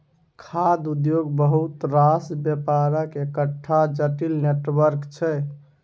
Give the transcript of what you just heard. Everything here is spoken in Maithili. खाद्य उद्योग बहुत रास बेपारक एकटा जटिल नेटवर्क छै